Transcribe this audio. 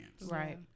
Right